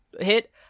hit